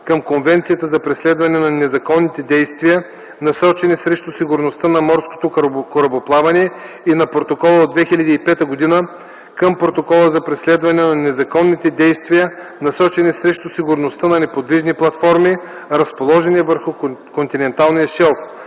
към Конвенцията за преследване на незаконните действия, насочени срещу сигурността на морското корабоплаване и на Протокола от 2005 към Протокола за преследване на незаконните действия, насочени срещу сигурността на неподвижни платформи, разположени върху континенталния шелф,